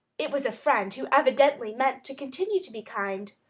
it was a friend who evidently meant to continue to be kind,